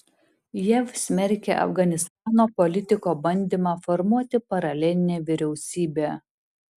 jav smerkia afganistano politiko bandymą formuoti paralelinę vyriausybę